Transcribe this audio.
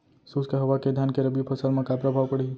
शुष्क हवा के धान के रबि फसल मा का प्रभाव पड़ही?